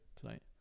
tonight